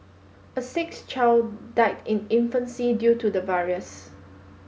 a sixth child died in infancy due to the virus